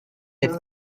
lift